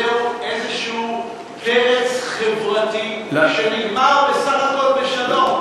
זה איזשהו פרץ חברתי, שבסך הכול נגמר בשלום.